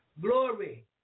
Glory